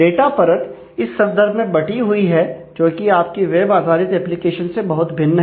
data परत इस संदर्भ में बंटी हुई है जोकि आपकी वेब आधारित एप्लीकेशन से बहुत भिन्न है